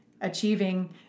achieving